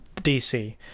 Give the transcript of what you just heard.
dc